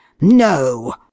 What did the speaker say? No